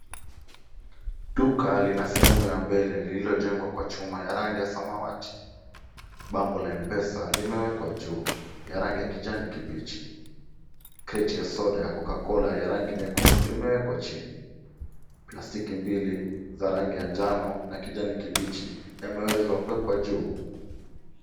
Duka lina sehemu ya mbele lililojengwa kwa chuma ya rangi ya samawati. Bango la M-pesa limewekwa juu ya rangi ya kijani kibichi. Kreti ya soda ya Coca-Cola ya rangi ya rangi nyekundu limewekwa chini. Plastiki mbili za rangi ya njano na kijani kibichi yameweza kuwekwa juu.